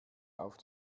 auf